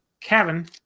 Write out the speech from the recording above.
Kevin